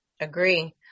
Agree